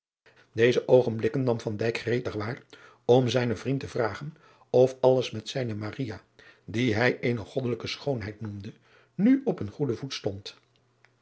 eze oogenblikken nam gretig waar om zijnen vriend te vragen driaan oosjes zn et leven van aurits ijnslager of alles met zijne die hij eene oddelijke schoonheid noemde nu op een goeden voet stond